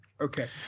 Okay